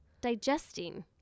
digesting